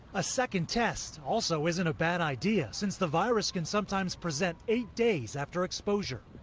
a second test also isn't a bad idea since the virus can sometimes present eight days after exposure.